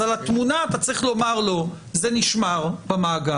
אז על התמונה אתה צריך לומר לו שזה נשמר במאגר